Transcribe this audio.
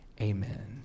amen